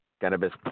cannabis